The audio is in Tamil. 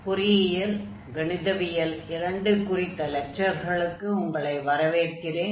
பொறியியல் கணிதவியல் II குறித்த லெக்சர்களுக்கு உங்களை வரவேற்கிறேன்